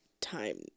time